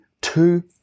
two